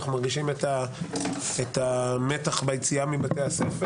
אנחנו מרגישים את המתח ביציאה מבתי הספר.